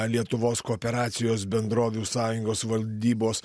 lietuvos kooperacijos bendrovių sąjungos valdybos